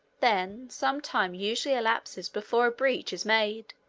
then some time usually elapses before a breach is made,